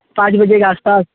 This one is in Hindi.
पाँच बजे के आस पास